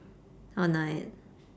or night